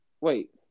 Wait